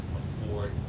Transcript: afford